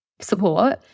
support